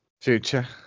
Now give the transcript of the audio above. Future